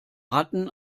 ratten